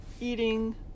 eating